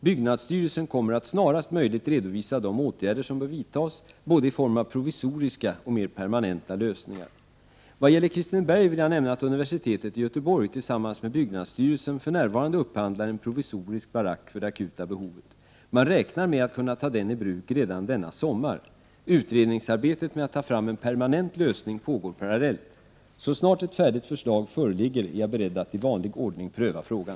Byggnadsstyrelsen kommer att snarast möjligt redovisa de åtgärder som bör vidtas, både i form av provisoriska och mer permanenta lösningar. Vad gäller Kristineberg vill jag nämna att universitetet i Göteborg tillsammans med byggnadsstyrelsen för närvarande upphandlar en provisorisk barack för det akuta behovet. Man räknar med att kunna ta denna i bruk redan denna sommar. Utredningsarbetet med att ta fram en permanent lösning pågår parallellt. Så snart ett färdigt förslag föreligger är jag beredd att i vanlig ordning pröva frågan.